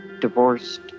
divorced